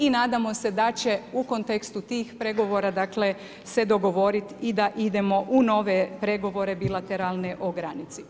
I nadamo se da će u kontekstu tih pregovora dakle, se dogovoriti i da idemo u nove pregovore bilateralne o granici.